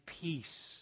peace